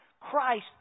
Christ